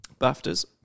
BAFTAs